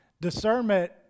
Discernment